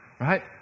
right